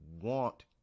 want